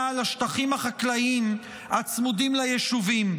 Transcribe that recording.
על השטחים החקלאיים הצמודים ליישובים?